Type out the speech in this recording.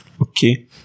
Okay